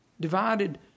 divided